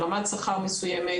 ברמת שכר מסויימת,